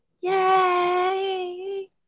Yay